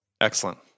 Excellent